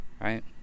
Right